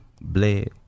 bled